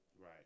Right